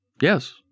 Yes